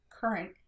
current